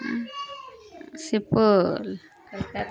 Supaul